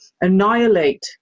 annihilate